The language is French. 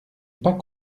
pas